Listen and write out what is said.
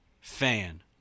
fan